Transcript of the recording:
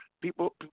People